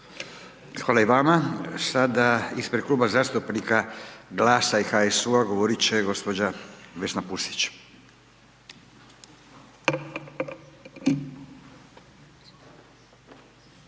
Hvala i vama. Sada ispred kluba zastupnika GLAS-a i HSU-a govorit će gđa. Vesna Pusić.